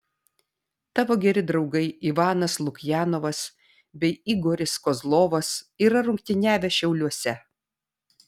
tavo geri draugai ivanas lukjanovas bei igoris kozlovas yra rungtyniavę šiauliuose